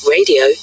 Radio